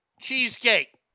cheesecake